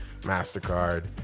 MasterCard